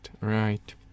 right